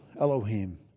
Elohim